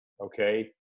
okay